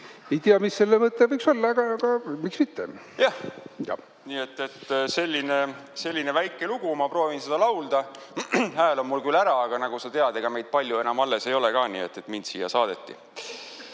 Ei tea, mis selle mõte võiks olla, aga miks mitte. Jah, nii et selline väike lugu, ma proovin seda laulda. Hääl on mul küll ära, aga nagu sa tead, ega meid palju enam alles ei ole ka, nii et mind siia saadeti.